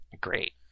Great